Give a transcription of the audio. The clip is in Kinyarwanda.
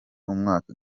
umwaka